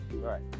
Right